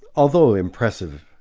although impressive,